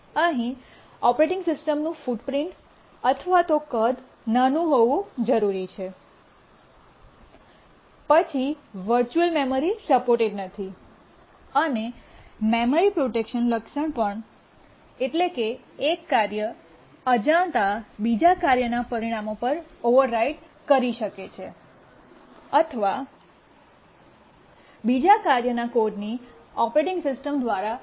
અહીં ઓપરેટિંગ સિસ્ટમનું ફુટપ્રિન્ટ અથવા કદ નાનું હોવું જરૂરી છે પછી વર્ચુઅલ મેમરી સપોર્ટેડ નથી અને મેમરી પ્રોટેક્શન લક્ષણ પણ એટલે કે એક કાર્ય અજાણતાં બીજા કાર્યનાં પરિણામો પર ઓવરરાઈટ કરી શકે છે અથવા બીજા કાર્યના કોડ ની ઓપરેટિંગ સિસ્ટમ દ્વારા બાંયધરી આપવામાં આવતી નથી